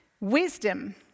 Wisdom